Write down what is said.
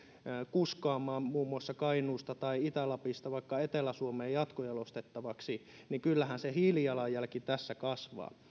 kuskaamaan muun muassa kainuusta tai itä lapista vaikka etelä suomeen jatkojalostettavaksi niin kyllähän se hiilijalanjälki tässä kasvaa